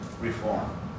reform